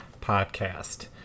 podcast